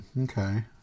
Okay